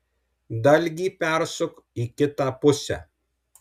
dalgį persuk į kitą pusę